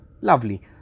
Lovely